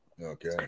Okay